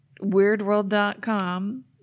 WeirdWorld.com